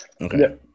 Okay